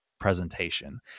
presentation